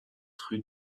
rue